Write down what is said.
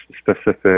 specific